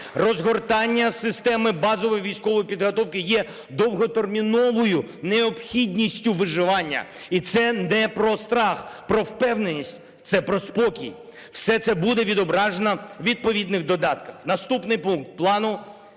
розгортання системи базової військової підготовки є довготерміновою необхідністю виживання. І це не про страх, про впевненість, це про спокій. Все це буде відображено у відповідних додатках. Наступний пункт плану.